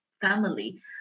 family